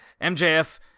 MJF